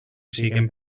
siguen